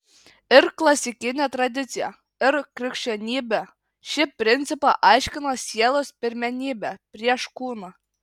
ir klasikinė tradicija ir krikščionybė šį principą aiškino sielos pirmenybe prieš kūną